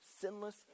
sinless